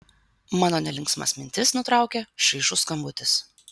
mano nelinksmas mintis nutraukia šaižus skambutis